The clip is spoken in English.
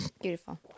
Beautiful